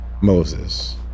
Moses